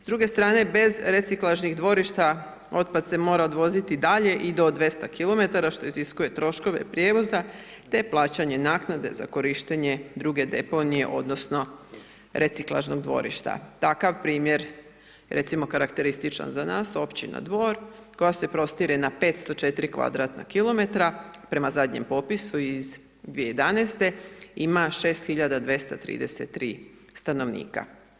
S druge strane bez reciklažnih dvorišta otpad se mora odvoziti dalje i do 200 km što iziskuje troškove prijevoza te plaćanje naknade za korištenje druge deponije odnosno reciklažnog dvorišta, takav primjer recimo karakterističan za nas Općina Dvor koja se prostire na 504 km2 prema zadnjem popisu iz 2011. ima 6.233 stanovnika.